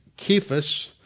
Kephas